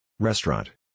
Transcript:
Restaurant